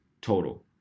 total